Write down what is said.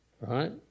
right